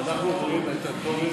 אנחנו עוברים את הצומת,